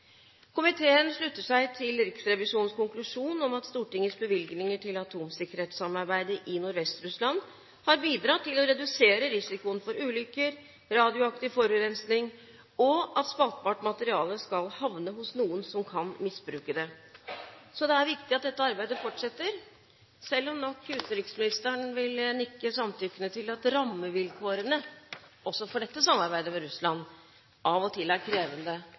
Komiteen slutter seg til Riksrevisjonens konklusjon om at Stortingets bevilgninger til atomsikkerhetssamarbeidet i Nordvest-Russland har bidratt til å redusere risikoen for ulykker, radioaktiv forurensning og at spaltbart materiale skal havne hos noen som kan misbruke det. Det er viktig at dette arbeidet fortsetter selv om nok utenriksministeren vil nikke samtykkende til at rammevilkårene også for dette samarbeidet med Russland av og til er krevende